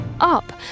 up